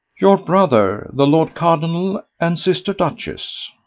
your brother, the lord cardinal, and sister duchess.